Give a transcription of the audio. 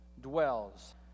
dwells